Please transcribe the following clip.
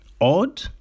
odd